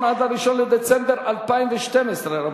סיעת האיחוד הלאומי לסעיף 1 לא נתקבלה.